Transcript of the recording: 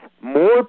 more